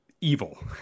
evil